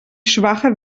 schwache